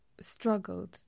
struggled